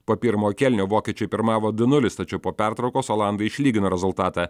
po pirmo kėlinio vokiečiai pirmavo du nulis tačiau po pertraukos olandai išlygino rezultatą